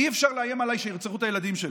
אי-אפשר לאיים עליי שירצחו את הילדים שלי,